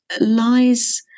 lies